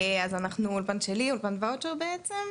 אז אנחנו אולפן שלי, אולפן ואוצ'ר בעצם.